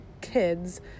kids